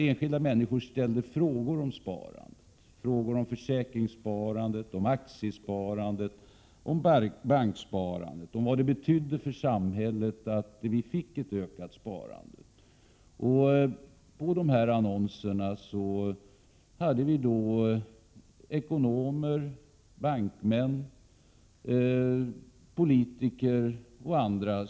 Enskilda människor fick ställa frågor om sparande — försäkringssparande, aktiesparande, banksparande osv. — och om vad ett ökat sparande betydde för samhället. I våra annonser uttalade sig ekonomer, bankmän, politiker och andra.